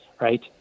right